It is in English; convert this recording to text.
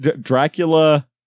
Dracula